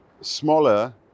smaller